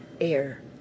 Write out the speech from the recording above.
air